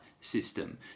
system